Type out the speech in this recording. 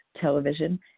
television